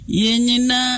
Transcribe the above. yenina